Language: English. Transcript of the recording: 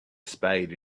spade